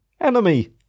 Enemy